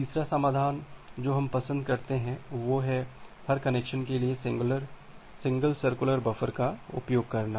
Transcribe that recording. तीसरा समाधान जो हम पसंद करते हैं वह है हर कनेक्शन के लिए सिंगल सर्कुलर बफर का उपयोग करना